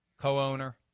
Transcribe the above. co-owner